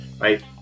right